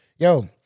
Yo